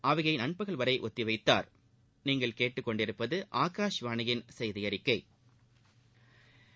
அவையை நண்பகல் வரை ஒத்திவைத்தாா்